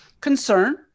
concern